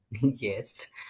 Yes